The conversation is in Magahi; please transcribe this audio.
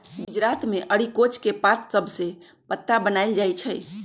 गुजरात मे अरिकोच के पात सभसे पत्रा बनाएल जाइ छइ